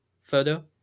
photo